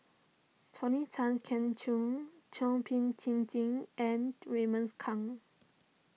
Tony Tan Keng Joo Thum Ping Tjin and Raymond's Kang